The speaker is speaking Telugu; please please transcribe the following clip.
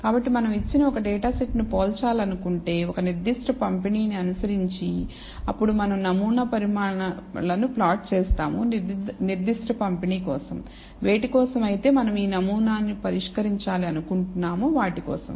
కాబట్టి మనం ఇచ్చిన ఒక డేటా సెట్ ను పోల్చాలనుకుంటే ఒక నిర్దిష్ట పంపిణీని అనుసరించి అప్పుడు మనం నమూనా పరిమాణాలను ప్లాట్ చేస్తాము నిర్దిష్ట పంపిణీ కోసం వేటి కోసం అయితే మనం ఈ నమూనాను పరీక్షించాలి అనుకుంటున్నామొ వాటి కోసం